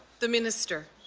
the minister.